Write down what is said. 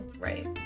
Right